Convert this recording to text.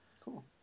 Cool